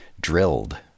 Drilled